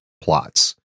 plots